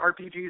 RPGs